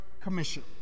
Commission